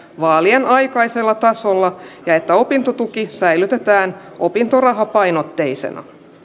vaalien aikaisella tasolla ja ja että opintotuki säilytetään opintorahapainotteisena